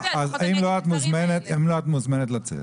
את מוזמנת לצאת.